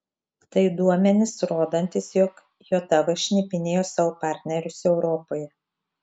tai duomenys rodantys jog jav šnipinėjo savo partnerius europoje